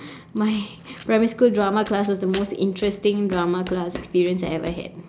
my primary school drama class was the most interesting drama class experience I ever had